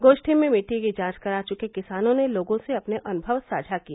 गोष्ठी में मिट्टी की जांच करा चुके किसानों ने लोगों से अपने अनुभव साझा किए